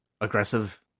aggressive